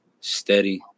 steady